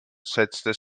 setzte